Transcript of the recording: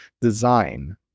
design